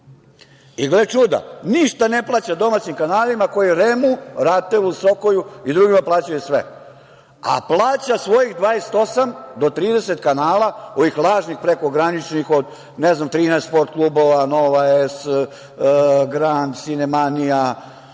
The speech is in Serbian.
čuda, ništa ne plaća domaćim kanalima koje REM-u, RATEL-u, SOKOJ-u i drugima plaćaju sve, a plaća svojih 28 do 30 kanala, ovih lažnih prekograničnih od 13 sport klubova, Nova S, Grand, Sinemanija,